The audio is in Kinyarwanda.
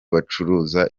bacuruza